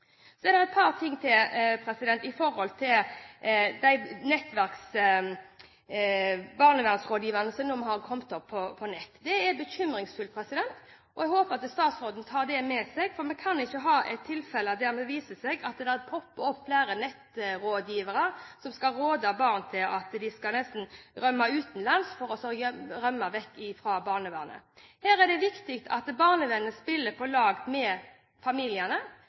Så er det et par ting til, når det gjelder barnevernsrådgiverne som nå er kommet på Internett. Det er bekymringsfullt, og jeg håper statsråden tar det med seg, for vi kan ikke ha tilfeller der det viser seg at det popper opp flere nettrådgivere som skal råde barn til nesten å dra utenlands for å rømme vekk fra barnevernet. Her er det viktig at barnevernet spiller på lag med familiene